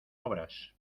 obras